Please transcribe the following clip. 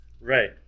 Right